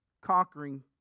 conquering